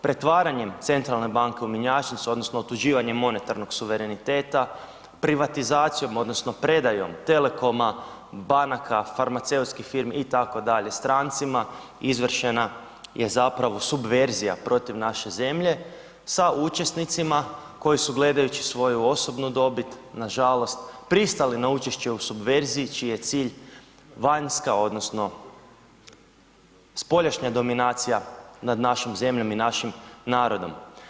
Pretvaranjem centralne banke u mjenjačnicu odnosno otuđivanjem monetarnog suvereniteta, privatizacijom odnosno predajom telekoma, banaka, farmaceutskih firmi itd., strancima izvršena je zapravo subverzija protiv naše zemlje sa učesnicima koji su gledajući svoju osobnu dobit, nažalost pristali na učešće u subverziji čiji je cilj vanjska odnosno ... dominacija nad našom zemljom i našim narodom.